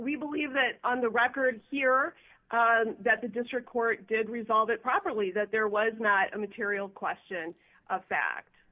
we believe that on the record here that the district court did resolve it properly that there was not a material question a fact